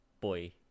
Boy